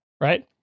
Right